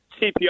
CPR